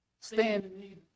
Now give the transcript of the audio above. Stand